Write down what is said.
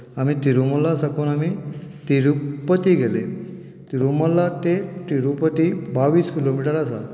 आनी तिरुमल्ला साकून आमी तिरुपती गेले तिरुमल्ला ते तिरुपती बावीस किलोमिटर आसा